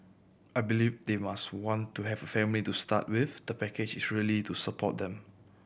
I believe they must want to have a family to start with the package is really to support them